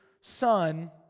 son